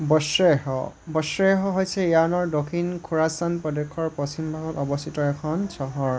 Boshruyeh Boshruyeh হৈছে ইৰানৰ দক্ষিণ খোৰাছান প্ৰদেশৰ পশ্চিম ভাগত অৱস্থিত এখন চহৰ